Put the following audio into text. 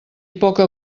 poca